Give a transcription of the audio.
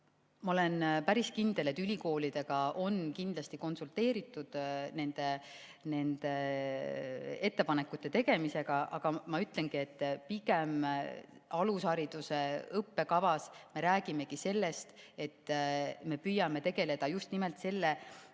ma olen päris kindel, et ülikoolidega on kindlasti konsulteeritud nende ettepanekute tegemisel. Aga ma ütlengi, et pigem alushariduse õppekavas me räägime sellest, et me püüame tegeleda just nimelt